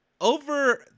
over